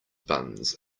buns